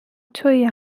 تویی